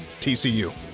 TCU